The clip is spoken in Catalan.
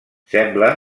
sembla